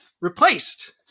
replaced